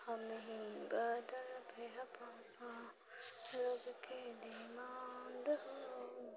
हमही बदलबै हो पापा लोगके डिमाण्ड हो